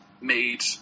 made